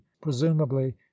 presumably